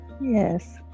yes